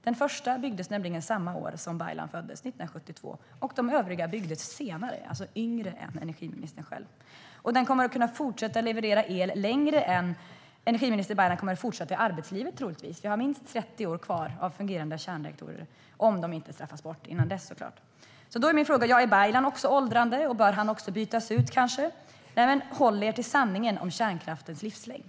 Det första kärnkraftverket byggdes nämligen samma år som Baylan föddes, 1972, och de övriga byggdes senare och är alltså yngre än energiministern själv. Kärnkraften kommer troligtvis att leverera el längre än energiminister Baylan fortsätter i arbetslivet. Vi har minst 30 år kvar av fungerande kärnreaktorer - om de inte straffas bort innan dess, såklart. Är Baylan också åldrande? Bör även han bytas ut? Håll er till sanningen om kärnkraftens livslängd!